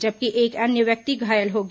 जबकि एक अन्य व्यक्ति घायल हो गया